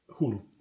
Hulu